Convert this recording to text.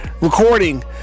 Recording